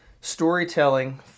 storytelling